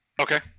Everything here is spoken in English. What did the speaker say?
Okay